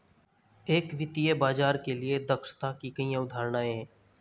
एक वित्तीय बाजार के लिए दक्षता की कई अवधारणाएं हैं